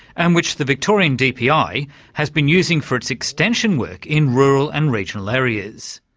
and which the victorian dpi has been using for its extension work in rural and regional areas.